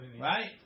Right